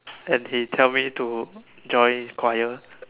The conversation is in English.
and he tell me to join his choir